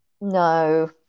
No